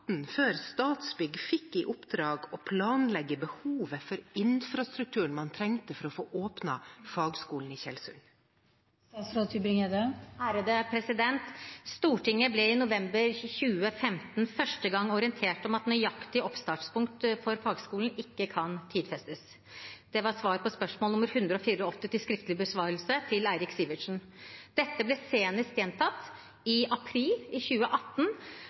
før Statsbygg fikk i oppdrag å planlegge behovet for infrastrukturen man trengte for å få åpnet fagskolen i Tjeldsund? Stortinget ble i november 2015 første gang orientert om at nøyaktig oppstartstidspunkt for fagskolen ikke kunne tidfestes. Det var svar på spørsmål nummer 184 til skriftlig besvarelse, fra Eirik Sivertsen. Dette ble senest gjentatt i april i 2018,